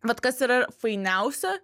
vat kas yra fainiausia